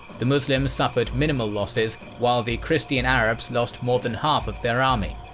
the muslims suffered minimal losses, while the christian arabs lost more than half of their army.